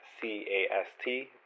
C-A-S-T